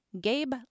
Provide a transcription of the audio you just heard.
Gabe